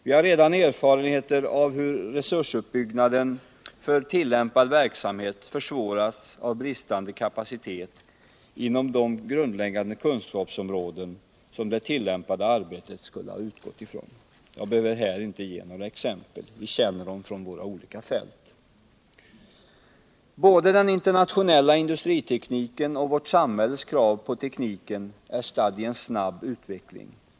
Vi har redan erfarenheter av hur resursutbyggnaden för tillämpad verksamhet försvåras av bristande kapacitet inom de grundläggande kunskapsområden som det tillämpade arbetet skulle ha utgått ifrån. Jag behöver här inte ge några exempel. Vi känner dem från våra olika fält. Både den internationella industritekniken och vårt samhälles krav på tekniken är stadda i en snabb utveckling.